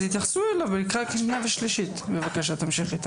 בבקשה, תמשיכי,